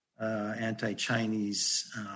anti-Chinese